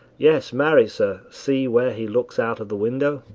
yes, marry, sir see where he looks out of the window.